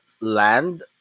land